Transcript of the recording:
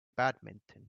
badminton